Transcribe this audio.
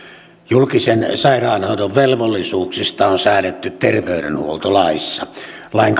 julkisen sairaanhoidon velvollisuuksista on säädetty terveydenhuoltolaissa lain